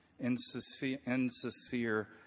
insincere